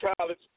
college